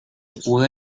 pude